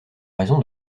raison